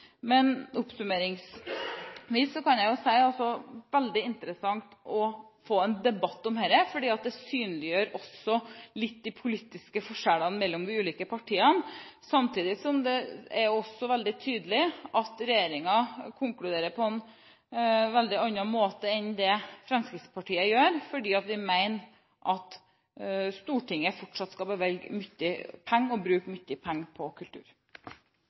kan jeg si at det er veldig interessant å få en debatt om dette, fordi det synliggjør også de politiske forskjellene mellom de ulike partiene. Samtidig er det også veldig tydelig at regjeringen konkluderer på en helt annen måte enn det Fremskrittspartiet gjør, fordi vi mener at Stortinget fortsatt skal bevilge mye penger til og bruke mye penger på kultur.